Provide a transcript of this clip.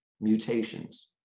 mutations